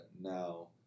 now